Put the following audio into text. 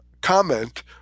comment